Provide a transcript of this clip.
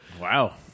Wow